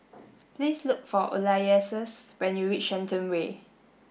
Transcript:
please look for Ulysses when you reach Shenton Way